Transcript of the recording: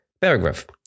paragraph